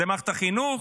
מערכת החינוך,